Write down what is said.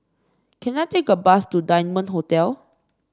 can I take a bus to Diamond Hotel